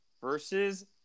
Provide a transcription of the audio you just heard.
versus